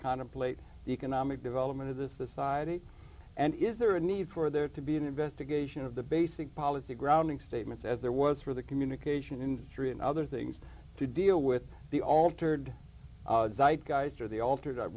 contemplate the economic development of this society and is there a need for there to be an investigation of the basic policy grounding statements as there was for the communication in three and other things to deal with the altered guys or the alter